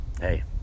hey